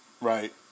Right